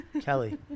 Kelly